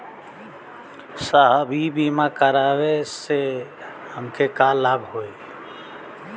साहब इ बीमा करावे से हमके का लाभ होई?